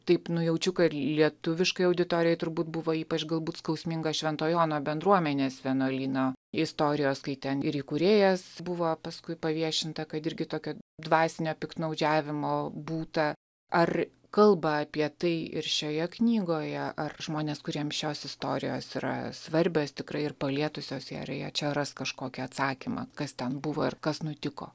taip nujaučiu kad lietuviškai auditorijai turbūt buvo ypač galbūt skausminga švento jono bendruomenės vienuolyno istorijos kai ten ir įkūrėjas buvo paskui paviešinta kad irgi tokio dvasinio piktnaudžiavimo būta ar kalba apie tai ir šioje knygoje ar žmonės kuriems šios istorijos yra svarbios tikrai ir palietusios jie ar jie čia ras kažkokį atsakymą kas ten buvo ir kas nutiko